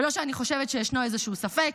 ולא שאני חושבת שישנו איזשהו ספק,